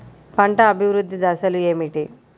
పంట అభివృద్ధి దశలు ఏమిటి?